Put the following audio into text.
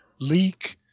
leak